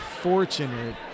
fortunate